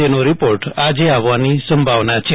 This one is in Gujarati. જેનો રિપોર્ટ આજે આવવાની સંભાવવના છે